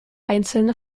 einzelne